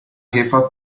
jefa